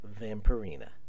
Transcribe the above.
Vampirina